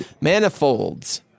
manifolds